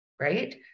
right